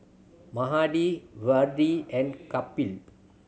Mahade Vedre and Kapil